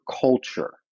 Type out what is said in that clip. culture